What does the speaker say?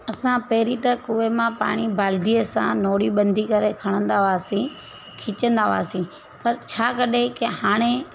असां पहिरियों त खुह मां पाणी बाल्टीअ सां नोड़ी ॿंधी करे खणंदा हुआसीं खिचंदा हुआसीं पर छा कॾहिं की हाणे